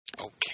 Okay